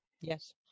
Yes